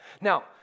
now